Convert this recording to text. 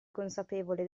consapevole